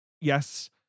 Yes